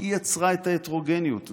שהיא יצרה את ההטרוגניות.